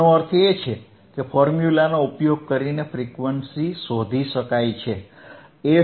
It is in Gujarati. જેનો અર્થ છે કે ફોર્મ્યુલાનો ઉપયોગ કરીને ફ્રીક્વન્સી શોધી શકાય છે